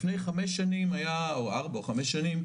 לפני ארבע או חמש שנים,